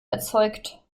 erzeugt